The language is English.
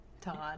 Todd